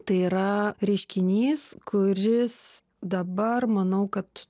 tai yra reiškinys kuris dabar manau kad